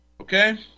Okay